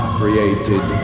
created